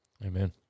Amen